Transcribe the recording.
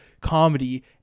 comedy